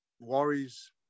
worries